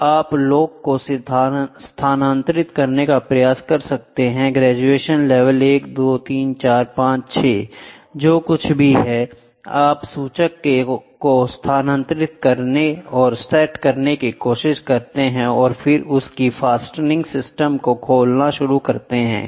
तो आप लॉक को स्थानांतरित करने का प्रयास कर सकते हैं ग्रेजुएशन लेवल 1 2 3 4 5 6 जो कुछ भी है आप सूचक को स्थानांतरित करने और सेट करने की कोशिश करते हैं और फिर उसी फास्टेनिंग सिस्टम को खोलना शुरू करते हैं